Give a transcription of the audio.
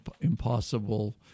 impossible